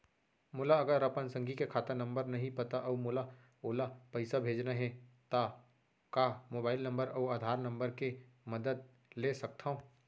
मोला अगर अपन संगी के खाता नंबर नहीं पता अऊ मोला ओला पइसा भेजना हे ता का मोबाईल नंबर अऊ आधार नंबर के मदद ले सकथव?